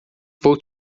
vou